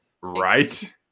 right